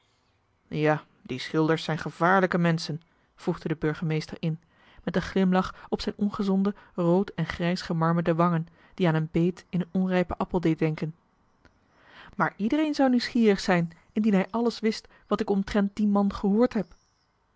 ja die schilders zijn gevaarlijke menschen voegde de burgemeester in met een glimlach op zijn ongezonde rood en grijs gemarmerde wangen die aan een beet in een onrijpen appel deed denken maar iedereen zou nieuwsgierig zijn indien hij alles wist wat ik omtrent dien man gehoord heb